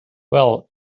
well